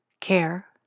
care